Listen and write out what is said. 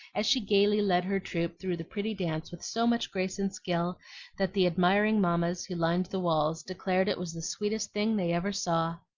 as she gayly led her troop through the pretty dance with so much grace and skill that the admiring mammas who lined the walls declared it was the sweetest thing they ever saw.